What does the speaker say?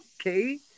okay